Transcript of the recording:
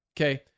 Okay